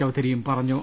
ചൌധരി പറഞ്ഞു